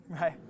right